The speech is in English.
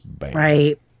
right